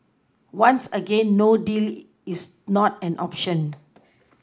once again no deal is not an option